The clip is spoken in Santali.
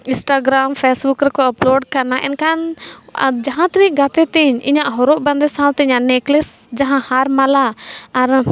ᱤᱱᱥᱴᱟᱜᱽᱨᱟᱢ ᱯᱷᱮᱥᱵᱩᱠ ᱨᱮᱠᱚ ᱟᱯᱞᱳᱰ ᱠᱟᱜᱼᱱᱟ ᱮᱱᱠᱷᱟᱱ ᱡᱟᱦᱟᱸ ᱛᱤᱱᱟᱹᱜ ᱜᱟᱛᱮ ᱛᱤᱧ ᱤᱧᱟᱹᱜ ᱦᱚᱨᱚᱜ ᱵᱟᱸᱫᱮ ᱥᱟᱶᱛᱮ ᱤᱧᱟᱹᱜ ᱱᱤᱠᱞᱮᱥ ᱡᱟᱦᱟᱸ ᱦᱟᱨ ᱢᱟᱞᱟ ᱟᱨ